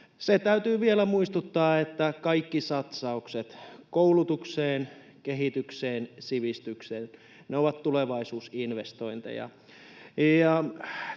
täytyy vielä muistuttaa, että kaikki satsaukset koulutukseen, kehitykseen, sivistykseen ovat tulevaisuusinvestointeja.